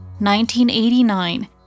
1989